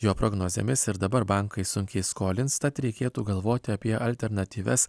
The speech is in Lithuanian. jo prognozėmis ir dabar bankai sunkiai skolins tad reikėtų galvoti apie alternatyvias